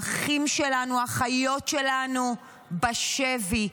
האחים שלנו והאחיות שלנו בשבי.